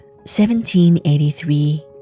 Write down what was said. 1783